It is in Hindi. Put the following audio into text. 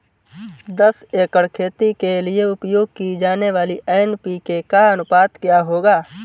दस एकड़ खेती के लिए उपयोग की जाने वाली एन.पी.के का अनुपात क्या होगा?